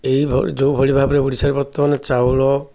ଏହି ଯେଉଁଭଳି ଭାବରେ ଓଡ଼ିଶାରେ ବର୍ତ୍ତମାନ ଚାଉଳ